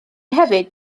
hefyd